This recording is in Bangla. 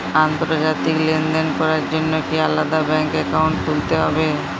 আন্তর্জাতিক লেনদেন করার জন্য কি আলাদা ব্যাংক অ্যাকাউন্ট খুলতে হবে?